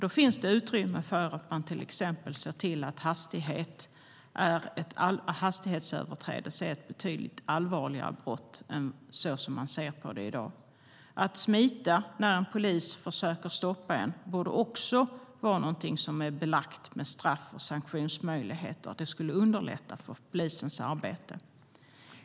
Det finns utrymme att göra hastighetsöverträdelse till ett betydligt allvarligare brott än vad det anses vara i dag. Att smita när en polis försöker stoppa en borde också vara belagt med straff och sanktionsmöjligheter. Det skulle underlätta polisens arbete.